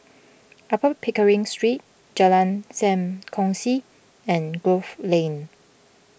Upper Pickering Street Jalan Sam Kongsi and Grove Lane